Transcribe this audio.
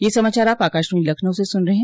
ब्रे क यह समाचार आप आकाशवाणी लखनऊ से सुन रहे हैं